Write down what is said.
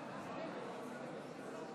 ההצבעה.